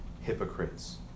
hypocrites